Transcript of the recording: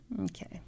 Okay